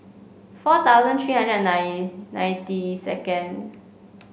four thousand three hundred and ninety second